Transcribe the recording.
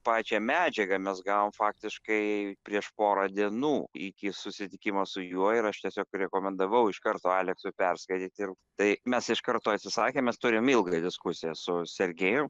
pačią medžiagą mes gavom faktiškai prieš porą dienų iki susitikimo su juo ir aš tiesiog rekomendavau iš karto aleksui perskaityti ir tai mes iš karto atsisakėm mes turim ilgą diskusiją su sergejum